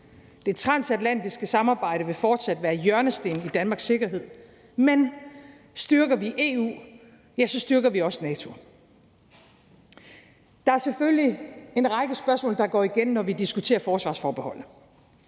Det transatlantiske samarbejde vil fortsat være hjørnestenen i Danmarks sikkerhed, men styrker vi EU, styrker vi også NATO. Der er selvfølgelig en række spørgsmål, der går igen, når vi diskuterer forsvarsforbeholdet.